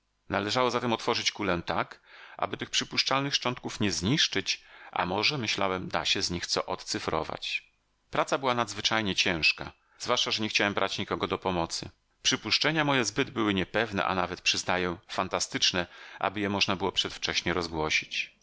należało zatem otworzyć kulę tak aby tych przypuszczalnych szczątków nie zniszczyć a może myślałem da się z nich co odcyfrować praca była nadzwyczajnie ciężka zwłaszcza że nie chciałem brać nikogo do pomocy przypuszczenia moje zbyt były niepewne a nawet przyznaję fantastyczne aby je można było przedwcześnie rozgłosić